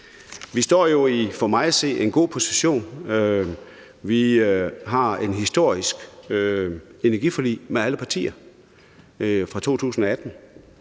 Vi står jo for mig at se i en god position. Vi har et historisk energiforlig med alle partier fra 2018.